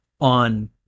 on